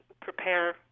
prepare